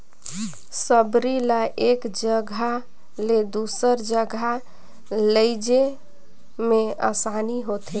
सबरी ल एक जगहा ले दूसर जगहा लेइजे मे असानी होथे